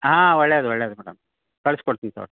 ಹಾಂ ಒಳ್ಳೇದು ಒಳ್ಳೇದು ಮೇಡಮ್ ಕಳ್ಸಿ ಕೊಡ್ತೀನಿ ತಗೊಳ್ಳಿ